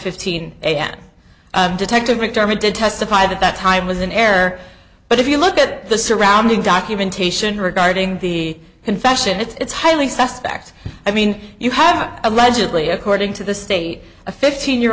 fifteen am detective mcdermott did testified at that time with an air but if you look at the surrounding documentation regarding the confession it's highly suspect i mean you have allegedly according to the state a fifteen year